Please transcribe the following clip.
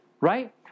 Right